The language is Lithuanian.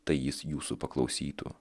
tai jis jūsų paklausytų